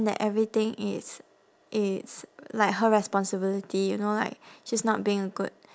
that everything is it's like her responsibility you know like she's not being a good